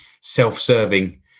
self-serving